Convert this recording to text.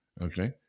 Okay